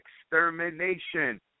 extermination